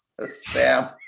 Sam